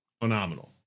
phenomenal